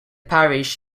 parish